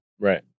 Right